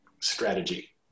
strategy